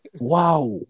Wow